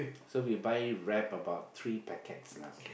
so we buy wrap about three packets lah